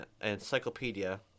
Encyclopedia